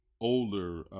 older